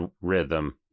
rhythm